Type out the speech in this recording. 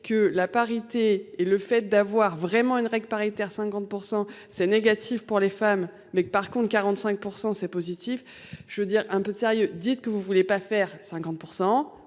que la parité et le fait d'avoir vraiment une règle paritaire 50% c'est négatif pour les femmes mais par contre 45%, c'est positif. Je veux dire un peu sérieux, dites que vous voulez pas faire 50%